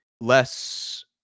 less